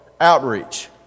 outreach